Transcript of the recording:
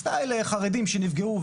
סטייל החרדים שנפגעו,